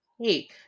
hey